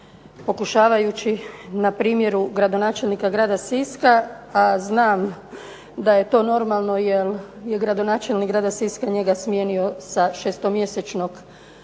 pokušavajući na primjeru gradonačelnika grada Siska, a znam da je to normalno jer je gradonačelnik grada Siska njega smijenio sa šestomjesečnog mjesta